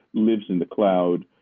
lives in the cloud.